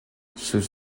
sus